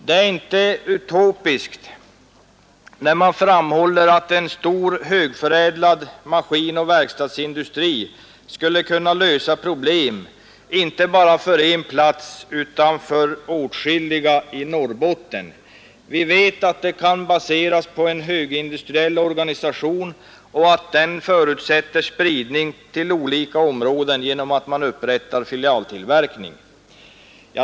Det är inte utopiskt när man framhåller att en stor, högförädlad maskinoch verkstadsindustri skulle kunna lösa problemen inte bara för en plats utan för åtskilliga platser i Norrbotten. Man vet att den kan baseras på en högindustriell organisation och att den förutsätter spridning till olika områden genom upprättandet av filialtillverkning.